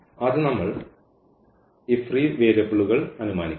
ആദ്യം നമ്മൾ ഈ ഫ്രീ വേരിയബിളുകൾ അനുമാനിക്കും